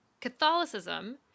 Catholicism